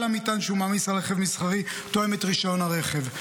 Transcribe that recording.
המטען שהוא מעמיס על רכב מסחרי תואם את רישיון הרכב.